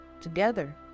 Together